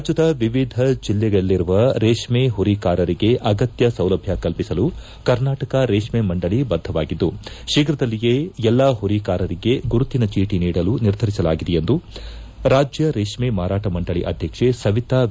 ರಾಜ್ಯದ ಎವಿಧ ಜಿಲ್ಲೆಯಲ್ಲಿರುವ ರೇಷ್ಮ ಪುರಿಕಾರಂಗೆ ಅಗತ್ತ ಸೌಲಭ್ದ ಕಲ್ಪಿಸಲು ಕರ್ನಾಟಕ ರೇಷ್ಮ ಮಂಡಳಿ ಬದ್ದವಾಗಿದ್ದು ಶೀಘದಲ್ಲಿಯೇ ಎಲ್ಲಾ ಪುರಿಕಾರಂಗೆ ಗುರುತಿನ ಚೀಟಿ ನೀಡಲು ನಿರ್ಧರಿಸಲಾಗಿದೆ ಎಂದು ರಾಜ್ಯ ರೇಷ್ಠ ಮಾರಾಟ ಮಂಡಳಿ ಅದ್ದಕ್ಷೆ ಸುತಾ ವಿ